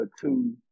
two